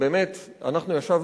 ובאמת אנחנו ישבנו,